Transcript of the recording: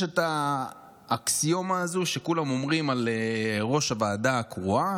יש את האקסיומה הזו שכולם אומרים שראש הוועדה הקרואה